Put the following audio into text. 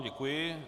Děkuji.